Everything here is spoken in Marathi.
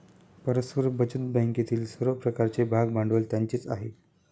परस्पर बचत बँकेतील सर्व प्रकारचे भागभांडवल त्यांचेच आहे